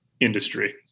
industry